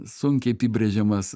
sunkiai apibrėžiamas